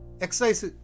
exercise